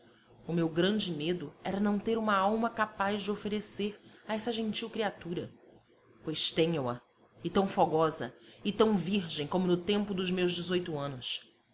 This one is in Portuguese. maior o meu grande medo era não ter uma alma capaz de oferecer a essa gentil criatura pois tenho a e tão fogosa e tão virgem como no tempo dos meus dezoito anos